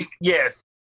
Yes